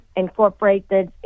Incorporated